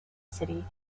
city